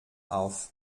auf